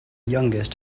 youngest